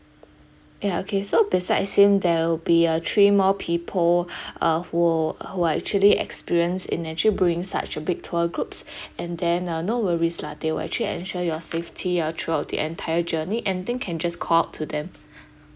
ya okay so besides him there will be a three more people uh who uh who are actually experience in actually bringing such a big tour groups and then uh no worries lah they will actually ensure your safety uh throughout the entire journey anything can just call out to them